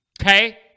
Okay